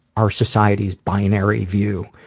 our society's binary view.